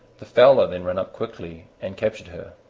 the fowler then ran up quickly and captured her.